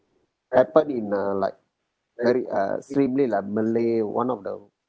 happen in uh like very uh like malay one of the